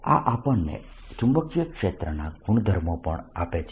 આ આપણને ચુંબકીય ક્ષેત્રના ગુણધર્મો પણ આપે છે